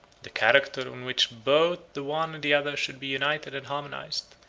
the character in which both the one and the other should be united and harmonized,